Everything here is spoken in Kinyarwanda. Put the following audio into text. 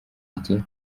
iki